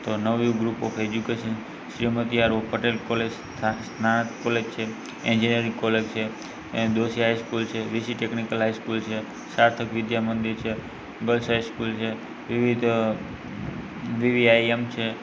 તો Navyug group of education Shrimati Aarav Patel college સ્થા સ્નાતક કોલેજ છે એન્જીનિયરીંગ કોલેજ છે એન દોશી હાઈસ્કૂલ છે વિશિ ટેકનીકલ હાઈસ્કૂલ છે સાર્થક વિદ્યામંદીર છે ગર્લ્સ હાઈસ્કૂલ છે વિવિધ અ વિ વિ આઈ એમ છે